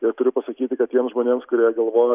ir turiu pasakyti kad tiems žmonėms kurie galvoja